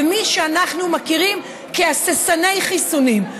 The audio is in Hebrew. ומי שאנחנו מכירים כהססני חיסונים.